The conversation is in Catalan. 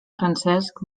francesc